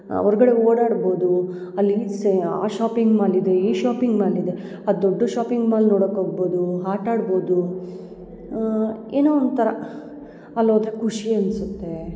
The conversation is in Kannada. ಹೊರ್ಗಡೆ ಓಡಾಡ್ಬೋದು ಅಲ್ಲಿ ಆ ಶಾಪಿಂಗ್ ಮಾಲಿದೆ ಈ ಶಾಪಿಂಗ್ ಮಾಲಿದೆ ಆ ದೊಡ್ಡ ಶಾಪಿಂಗ್ ಮಾಲ್ ನೋಡೋಕ್ಕೆ ಹೋಗ್ಬೋದು ಆಟಾಡ್ಬೋದು ಏನೋ ಒಂಥರ ಅಲ್ಲಿ ಹೋದ್ರೆ ಖುಷಿ ಅನಿಸುತ್ತೆ